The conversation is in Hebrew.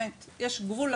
יש גבול.